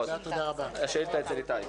הישיבה ננעלה בשעה